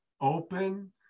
open